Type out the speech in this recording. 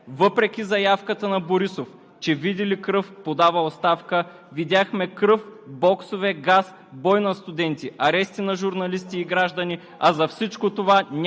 от ГЕРБ и ОП) показахте колко безчовечни можете да бъдете. Въпреки заявката на Борисов, че види ли кръв, подава оставка, видяхме кръв,